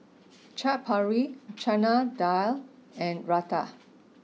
Chaat Papri Chana Dal and Raita